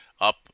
up